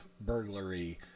burglary